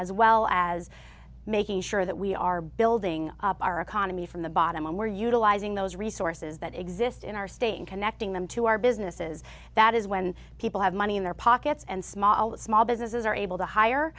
as well as making sure that we are building up our economy from the bottom and we're utilizing those resources that exist in our state and connecting them to our businesses that is when people have money in their pockets and small small businesses are able to hire